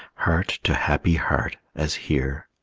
heart to happy heart, as here.